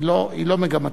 היא לא מגמתית.